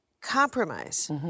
compromise